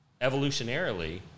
evolutionarily